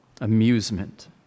amusement